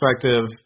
perspective